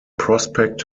prospect